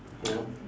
mm